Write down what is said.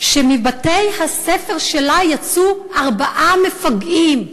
שמבתי-הספר שלה יצאו ארבעה מפגעים,